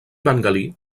bengalí